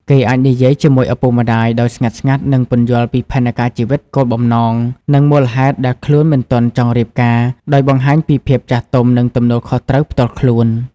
គេអាចនិយាយជាមួយឪពុកម្តាយដោយស្ងាត់ៗ និងពន្យល់ពីផែនការជីវិត គោលបំណង និងមូលហេតុដែលខ្លួនមិនទាន់ចង់រៀបការ ដោយបង្ហាញពីភាពចាស់ទុំ និងទំនួលខុសត្រូវផ្ទាល់ខ្លួន ។